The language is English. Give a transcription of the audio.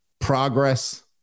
progress